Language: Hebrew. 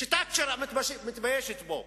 תאצ'ר מתביישת בו.